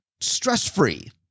stress-free